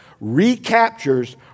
recaptures